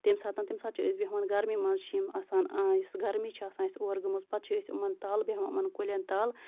تَمہِ ساتہٕ تَمہِ ساتہٕ چھِ أسۍ بیہوان گرمی منٛز چھِ یِم آسان یُس گرمی چھِ آسان أسۍ اُوَر گٔمٕژ پَتہٕ چھِ أسۍ یِمَن تَل بیہوان یِمَن کُلٮ۪ن تَل